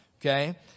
Okay